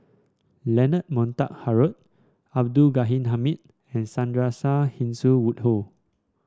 Leonard Montague Harrod Abdul Ghani Hamid and Sandrasegaran Woodhull